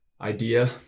idea